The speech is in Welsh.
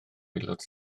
aelod